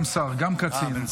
גם שר, גם קצין.